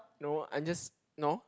no I'm just no